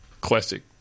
classic